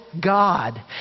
God